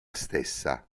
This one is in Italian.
stessa